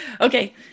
Okay